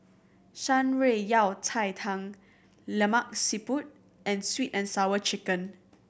Shan Rui Yao Cai Tang Lemak Siput and Sweet And Sour Chicken